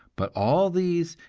but all these,